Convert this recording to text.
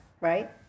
right